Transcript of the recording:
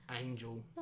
angel